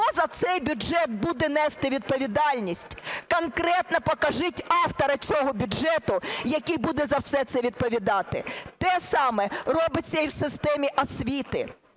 Хто за цей бюджет буде нести відповідальність, конкретно покажіть автора цього бюджету, який буде за це все відповідати. Те саме робиться і в системі освіти.